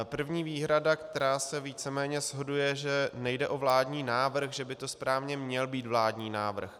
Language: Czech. První výhrada, která se víceméně shoduje, že nejde o vládní návrh, že by to správně měl být vládní návrh.